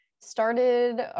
started